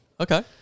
Okay